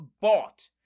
bought